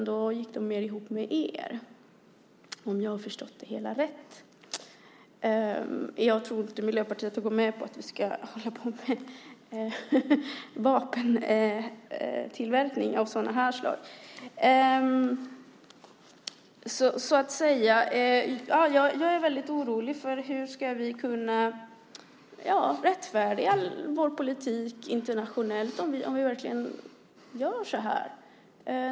Då gick de mer ihop med er, om jag har förstått det hela rätt. Jag tror inte att Miljöpartiet har gått med på att vi ska ha vapentillverkning av ett sådant här slag. Jag är väldigt orolig för hur vi ska kunna rättfärdiga vår politik internationellt om vi verkligen gör så här.